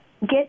get